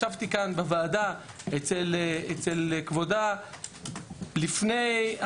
ישבתי כאן בוועדה אצל כבודה כשהייתה